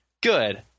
good